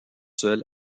seul